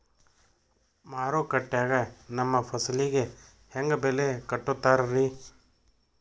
ಮಾರುಕಟ್ಟೆ ಗ ನಮ್ಮ ಫಸಲಿಗೆ ಹೆಂಗ್ ಬೆಲೆ ಕಟ್ಟುತ್ತಾರ ರಿ?